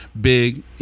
Big